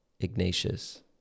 Ignatius